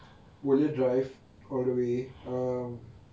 wanna drive all the way um